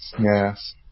Yes